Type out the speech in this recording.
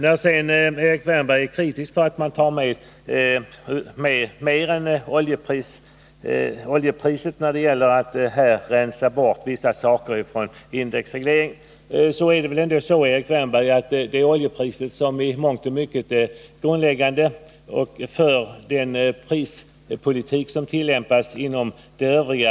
Erik Wärnberg är kritisk för att man tar med mer än oljepriset när det gäller att rensa bort vissa saker från indexregleringen. Men det är väl ändå så, Erik Wärnberg, att oljepriset i mångt och mycket är grundläggande för den prispolitik som tillämpas på energiområdet i övrigt.